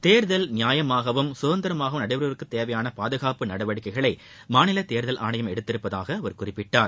தேர்தல் நியாயமாகவும் சுதந்திரமாகவும் நடைபெறுவதற்கு தேவையான பாதுகாப்பு நடவடிக்கைகளை மாநில தேர்தல் ஆணையம் எடுத்துள்ளதாக அவர் குறிப்பிட்டார்